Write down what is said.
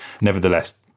Nevertheless